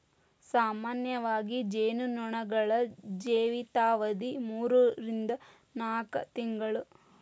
ಸಾಮಾನ್ಯವಾಗಿ ಜೇನು ನೊಣಗಳ ಜೇವಿತಾವಧಿ ಮೂರರಿಂದ ನಾಕ ತಿಂಗಳು